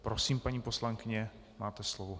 Prosím, paní poslankyně, máte slovo.